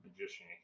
Magician